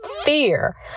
fear